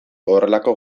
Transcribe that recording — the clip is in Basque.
horrelako